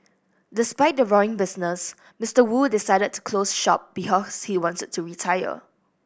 despite the roaring business Mister Wu decided to close shop because he wants to retire